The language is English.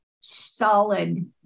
solid